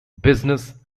business